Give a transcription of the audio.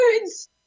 words